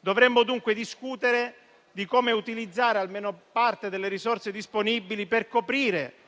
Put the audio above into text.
Dovremmo, dunque, discutere di come utilizzare almeno parte delle risorse disponibili per coprire